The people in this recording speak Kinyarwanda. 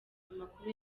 amakuru